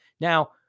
Now